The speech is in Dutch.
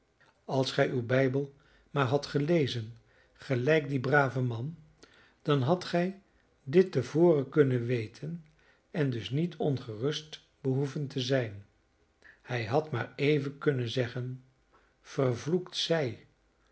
als gij uw bijbel maar hadt gelezen gelijk die brave man dan hadt gij dit te voren kunnen weten en dus niet ongerust behoeven te zijn hij had maar even kunnen zeggen vervloekt zij